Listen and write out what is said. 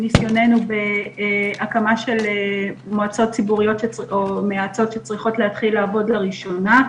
מניסיוננו בהקמה של מועצות או מועצות שצריכות להתחיל לעבוד לראשונה,